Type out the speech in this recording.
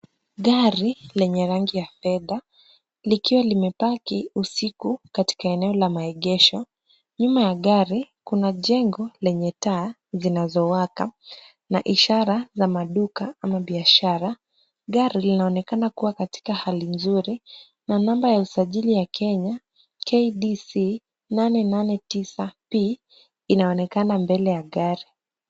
Gari lenye rangi ya fedha, likiwa limepaki usiku katika eneo la maegesho. Nyuma ya gari kuna jengo la taa zinazowaka na ishara za maduka ama biashara. Gari linaonekana kuwa katika hali nzuri na namba ya usajili ya Kenya, KDC 889P inaonekana mbele ya gari.